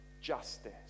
justice